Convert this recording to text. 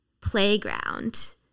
playground